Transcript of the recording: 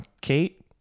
Kate